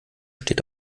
steht